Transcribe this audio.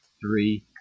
three